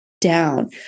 down